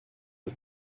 dos